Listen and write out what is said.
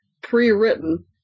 pre-written